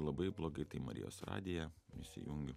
labai blogai tai marijos radiją įsijungiu